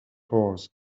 horse